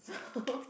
so